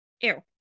Ew